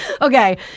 Okay